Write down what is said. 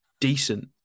decent